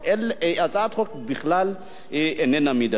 הצעת החוק בכלל איננה מידתית,